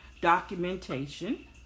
documentation